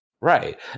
Right